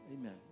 Amen